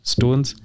Stones